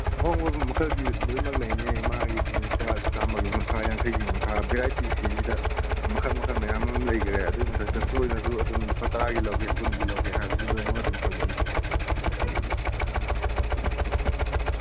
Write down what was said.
ꯑꯍꯣꯡꯕ ꯃꯈꯜꯒꯤ ꯂꯣꯏꯃꯛ ꯂꯩꯅꯤ ꯏꯃꯥꯒꯤ ꯑꯗꯨꯝ ꯂꯨꯄꯥ ꯆꯥꯝꯃꯒꯤ ꯃꯈꯥ ꯌꯥꯡꯈꯩꯒꯤ ꯃꯈꯥ ꯚꯦꯔꯥꯏꯇꯤꯁꯤꯡꯁꯤꯗ ꯃꯈꯜ ꯃꯈꯜ ꯃꯌꯥꯝ ꯑꯃ ꯂꯩꯈ꯭ꯔꯦ ꯑꯗꯨꯒꯤ ꯃꯊꯛꯇ ꯆꯣꯏꯅꯁꯨ ꯑꯗꯨꯝ ꯂꯨꯄꯥ ꯇꯔꯥꯒꯤ ꯂꯧꯒꯦ ꯀꯨꯟꯒꯤ ꯂꯧꯒꯦ ꯍꯥꯏꯕꯁꯨ ꯂꯣꯏꯃꯛ ꯑꯗꯨꯝ ꯐꯪꯒꯅꯤ